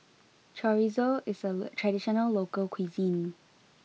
Chorizo is a traditional local cuisine